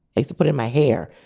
like to put in my hair,